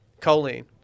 Choline